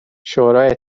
شورای